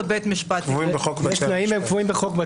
בית המשפט הופך להיות סוג של מועדון שאפילו